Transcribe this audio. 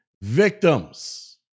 victims